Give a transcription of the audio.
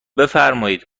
بفرمایید